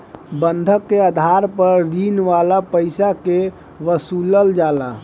बंधक के आधार पर ऋण वाला पईसा के वसूलल जाला